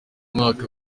mwaka